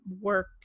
work